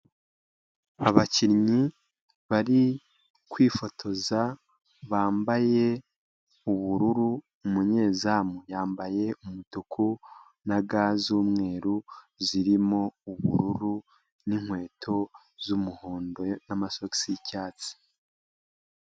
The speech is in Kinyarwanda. Abakinnyi bari kwifotoza bambaye ubururu. Umunyezamu yambaye umutuku na ga z'umweru zirimo ubururu n'inkweto z'umuhondo n'amasosi y'icyatsi.